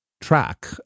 track